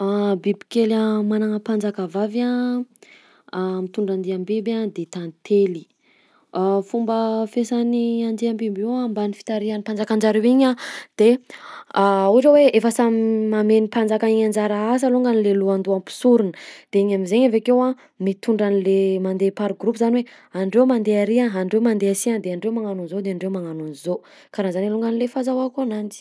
Bibikely manana mpanjakavavy a mitondra andiam-biby a de tantely. Fomba fiasan'ny andiam-biby io a ambany fitarihan'ny mpanjakan'jareo igny a de ohatra hoe efa samy namen'ny mpanjaka igny anjara asa alongany le lohandohan'ny mpisorona, de igny amin'izaigny avy akeo a mitondra an'le mandeha par groupe zany hoe: andreo mandeha ary a, andreo mandeha asy a de andreo magnano an'zao, de ndreo magnano an'zao. Karaha zany alongany le fahazahoako ananjy.